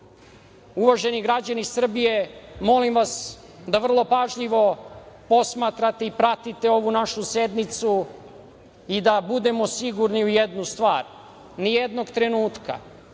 odluči. Uvaženi građani Srbije, molim vas da vrlo pažljivo posmatrate i pratite ovu našu sednicu i da budemo sigurni u jednu stvar. Ni jednog trenutka,